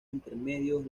intermedios